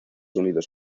unidos